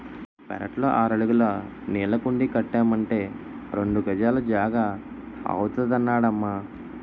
పెరట్లో ఆరడుగుల నీళ్ళకుండీ కట్టమంటే రెండు గజాల జాగా అవుతాదన్నడమ్మా